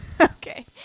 Okay